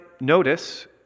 notice